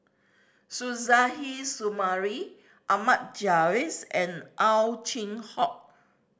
Suzairhe Sumari Ahmad Jais and Ow Chin Hock